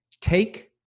take